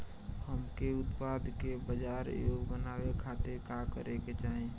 हमके उत्पाद के बाजार योग्य बनावे खातिर का करे के चाहीं?